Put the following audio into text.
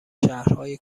شهرهای